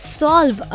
solve